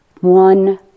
one